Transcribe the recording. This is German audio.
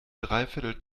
dreiviertel